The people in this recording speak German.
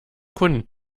kunden